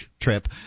trip